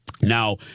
now